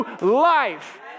life